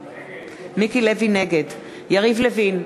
נגד יריב לוין,